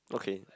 okay